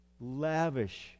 lavish